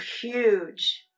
huge